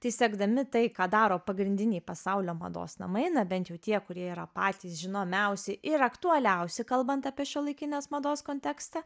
tai sekdami tai ką daro pagrindiniai pasaulio mados namai na bent jau tie kurie yra patys žinomiausi ir aktualiausi kalbant apie šiuolaikinės mados kontekstą